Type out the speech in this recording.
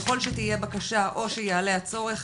ככל שתהיה בקשה או שיעלה הצורך,